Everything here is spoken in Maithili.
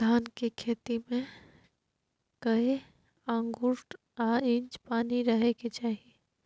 धान के खेत में कैए आंगुर आ इंच पानी रहै के चाही?